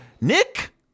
Nick